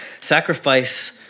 Sacrifice